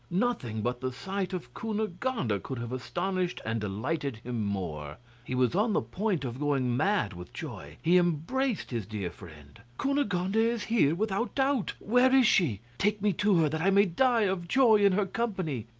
nothing but the sight of cunegonde could have astonished and delighted him more. he was on the point of going mad with joy. he embraced his dear friend. cunegonde is here, without doubt where is she? take me to her that i may die of joy in her company.